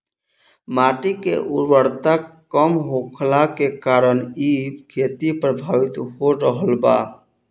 माटी के उर्वरता कम होखला के कारण इ खेती प्रभावित हो रहल बा